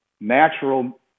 natural